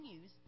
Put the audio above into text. News